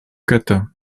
kata